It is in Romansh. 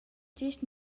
gest